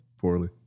poorly